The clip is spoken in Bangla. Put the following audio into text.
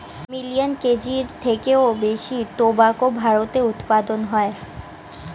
মিলিয়ান কেজির থেকেও বেশি টোবাকো ভারতে উৎপাদন হয়